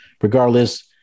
regardless